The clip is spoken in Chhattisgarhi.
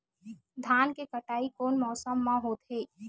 धान के कटाई कोन मौसम मा होथे?